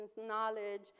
knowledge